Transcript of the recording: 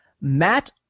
Matt